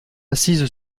assise